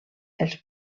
els